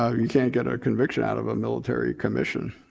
ah you can't get a conviction out of a military commission.